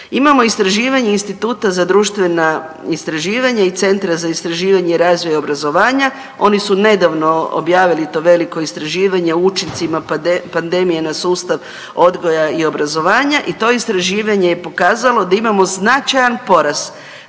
Imamo istraživanje Instituta za društvena istraživanja i Centra za istraživanje razvoja obrazovanja, oni su nedavno objavili to veliko istraživanje o učincima pandemije na sustav odgoja i obrazovanja i to istraživanje je pokazalo da imamo značajan porast